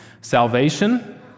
Salvation